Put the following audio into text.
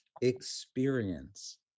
experience